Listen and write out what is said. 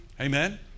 Amen